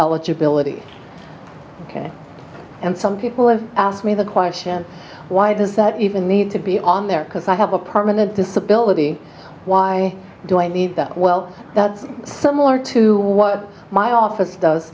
eligibility and some people have asked me the question why does that even need to be on there because i have a permanent disability why do i need that well that's similar to what my office does